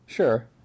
Sure